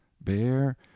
bear